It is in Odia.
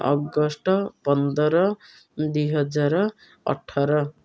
ଅଗଷ୍ଟ ପନ୍ଦର ଦୁଇହଜାର ଅଠର